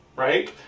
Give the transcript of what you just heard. Right